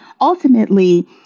ultimately